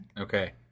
Okay